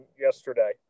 yesterday